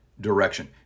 direction